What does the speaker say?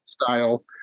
style